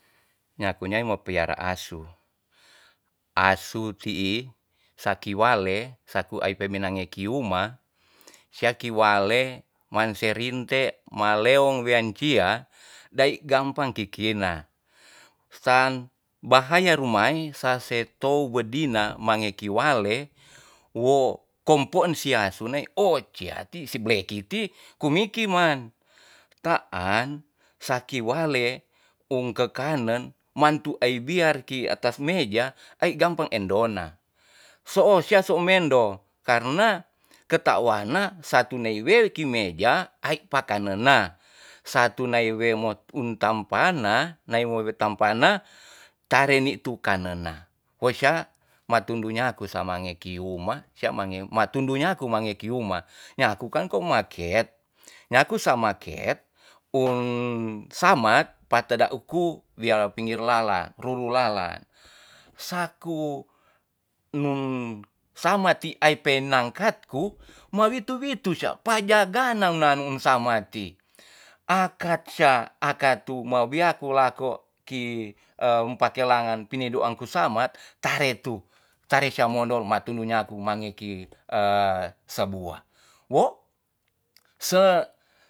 Nyaku yai ma piara asu asu ti'i saki wale saku ai pe minange kiuma saki wale man se rinte ma leong wian sia dae gampang kikina san bahaya rumai sa se tou wedina mange ki wale wo kompok si asu ne o sia si bleki ti ku miki man taan saki wale un kekanen mantu ei biar ki atas meja ai gampang endona soo sia o mendo karena ketawa na satu nei we ki meja ai pakanena satu nai weimo un tampana nai wo we tampana tare ni tukanena we sia matundu nyaku samange kiuma sia mange matundu nyaku mange kiuma nyaku kan komaket nyaku samatket un samat pateda uku wea pinggir lalan ruru lalan saku nun sama ti'ai penangkat ku ma witu witu sia pajang ganang na nun samati akat sia akatu ma wia kulako ki e empakelangan pinidu angku samat tare tu tare sia mondor mantundu nyaku mange ki e sabua wo se